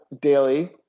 daily